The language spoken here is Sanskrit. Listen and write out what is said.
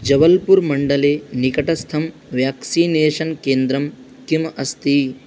जबल्पूर् मण्डले निकटस्थं व्याक्सिनेशन् केन्द्रं किम् अस्ति